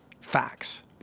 facts